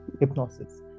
hypnosis